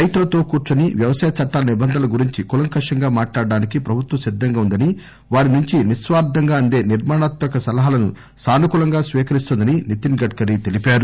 రైతులతో కూర్చొని వ్యవసాయ చట్టాల నిబంధనల గురించి కులంకశంగా మాట్లాడడానికి ప్రభుత్వం సిద్దంగా వుందని వారి నుంచి నిస్వార్థంగా అందే నిర్మాణాత్మక సలహాలను సానుకూలంగా స్వీకరిస్తుందని నితిన్ గడ్కరీ తెలిపారు